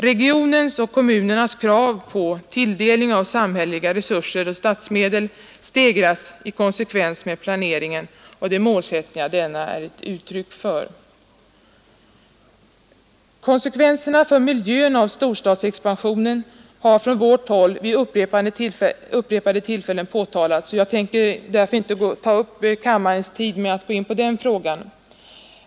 Regionens och kommu 19 april 1972 nernas krav på tilldelning av samhälleliga resurser och statsmedel stegras i ———— konsekvens med planeringen och de målsättningar denna ger uttryck för. Forskning m.m. i Konsekvenserna för miljön av storstadskoncentration har från vårt håll samhällsplaneringsvid upprepade tillfällen påtalats; jag tänker därför inte ta upp kammarens frågor tid med att gå in på den frågan.